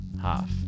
Half